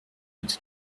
peut